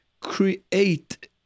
create